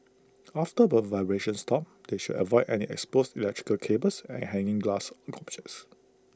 after the vibrations stop they should avoid any exposed electrical cables and hanging glass objects